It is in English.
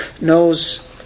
knows